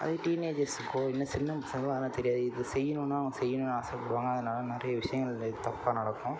அதே டீனேஜர்ஸுக்கோ இன்னும் சின்ன பசங்களுக்கோ அதெல்லாம் தெரியாது இது செய்யணும்னா அவங்க செய்யணும்னு ஆசைப்படுவாங்க அதனால் நிறைய விஷயங்கள் தப்பாக நடக்கும்